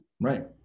Right